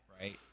right